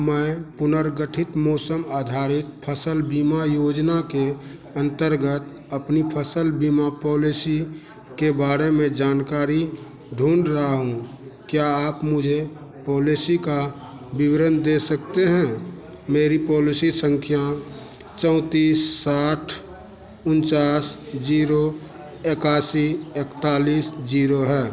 मैं पुनर्गठित मौसम आधारित फसल बीमा योजना के अंतर्गत अपनी फसल बीमा पॉलिसी के बारे में जानकारी ढूँढ रहा हूँ क्या आप मुझे पॉलिसी का विवरण दे सकते हैं मेरी पॉलिसी संख्या चौंतीस साठ उनचास जीरो इक्यासी इकतालीस जीरो है